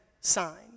sign